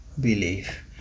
believe